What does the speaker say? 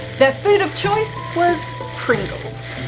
their food of choice was pringles!